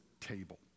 table